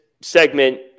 segment